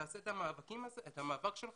תעשה את המאבק שלך.